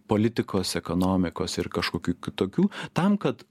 politikos ekonomikos ir kažkokių kitokių tam kad